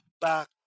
back